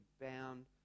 bound